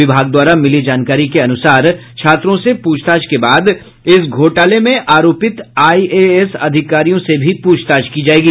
विभाग द्वारा मिली जानकारी के अनुसार छात्रों से पूछताछ के बाद इस घोटाले में आरोपित आईएएस अधिकारियों से भी पूछताछ की जायेगी